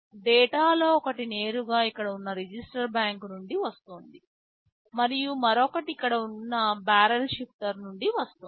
డేటాలో ఒకటి నేరుగా ఇక్కడ ఉన్న రిజిస్టర్ బ్యాంక్ నుండి వస్తోంది మరియు మరొకటి ఇక్కడ ఉన్న బారెల్ షిఫ్టర్ నుండి వస్తోంది